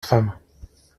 femmes